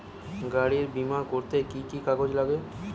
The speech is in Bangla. গাড়ীর বিমা করতে কি কি কাগজ লাগে?